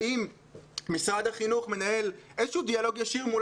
האם משרד החינוך מנהל איזשהו דיאלוג ישיר מול